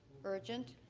urgent.